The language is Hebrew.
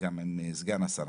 וגם עם סגן השרה.